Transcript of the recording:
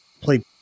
played